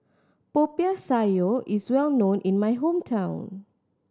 Popiah Sayur is well known in my hometown